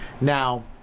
now